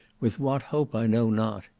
with what hope i know not.